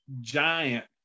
giant